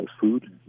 food